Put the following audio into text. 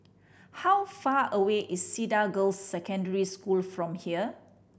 how far away is Cedar Girls' Secondary School from here